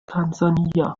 tansania